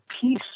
peace